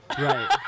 Right